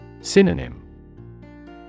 Synonym